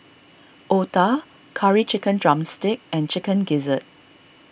Otah Curry Chicken Drumstick and Chicken Gizzard